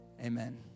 amen